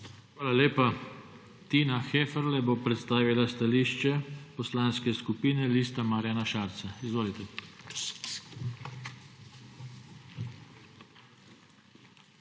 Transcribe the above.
Hvala lepa. Tina Heferle bo predstavila stališče Poslanske skupine Liste Marjana Šarca. Izvolite.